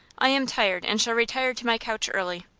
i am tired, and shall retire to my couch early.